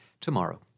tomorrow